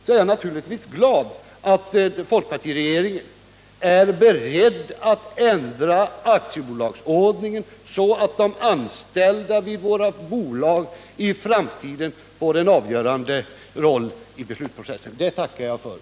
Jag är naturligtvis glad att folkpartiregeringen är beredd att ändra aktiebolagslagen, så att de anställda vid våra bolag i framtiden får en avgörande roll i beslutsprocessen. Det tackar jag för.